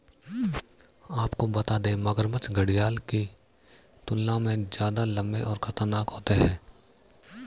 आपको बता दें, मगरमच्छ घड़ियाल की तुलना में ज्यादा लम्बे और खतरनाक होते हैं